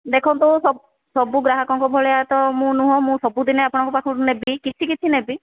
ଦେଖନ୍ତୁ ସ ସବୁ ଗ୍ରାହକଙ୍କ ଭଳିଆ ତ ମୁଁ ନୁହେଁ ମୁଁ ସବୁଦିନେ ଆପଣଙ୍କ ପାଖରୁ ନେବି କିଛି କିଛି ନେବି